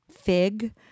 fig